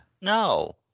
No